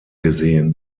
gesehen